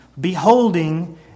beholding